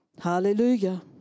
Hallelujah